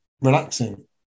relaxing